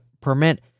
permit